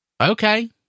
okay